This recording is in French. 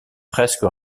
presque